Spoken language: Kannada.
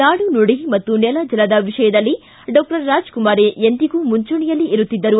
ನಾಡು ನುಡಿ ಮತ್ತು ನೆಲ ಜಲದ ವಿಷಯದಲ್ಲಿ ಡಾಕ್ಷರ್ ರಾಜ್ಕುಮಾರ್ ಎಂದಿಗೂ ಮುಂಚೂಣೆಯಲ್ಲಿ ಇರುತ್ತಿದ್ದರು